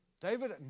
David